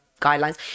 guidelines